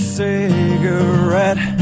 cigarette